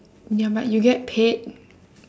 ya but you get paid